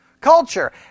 Culture